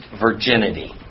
virginity